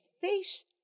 face